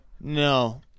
No